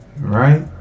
right